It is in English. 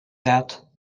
that